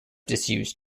disused